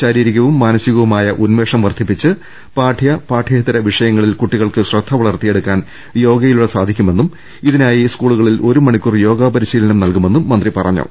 ശാരീരികവും മാനസികവുമായ ഉന്മേഷം വർദ്ധിപ്പിച്ച് പാഠ്യ പാഠ്യേതര വിഷയങ്ങളിൽ കുട്ടികൾക്ക് ശ്രദ്ധ വളർത്തിയെ ടുക്കാൻ യോഗയിലൂടെ സാധിക്കുമെന്നും ഇതിനായി സ്കൂളുകളിൽ ഒരു മണിക്കൂർ യോഗ പരിശീലനം നൽകു മെന്നും മന്ത്രി പറഞ്ഞു